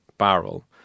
barrel